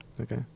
Okay